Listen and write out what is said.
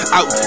Out